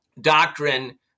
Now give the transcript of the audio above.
doctrine